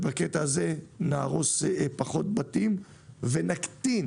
כך נהרוס פחות בתים ונקטין